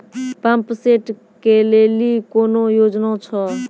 Pump set केलेली कोनो योजना छ?